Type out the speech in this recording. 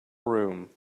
room